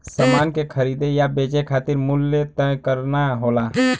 समान के खरीदे या बेचे खातिर मूल्य तय करना होला